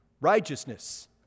Righteousness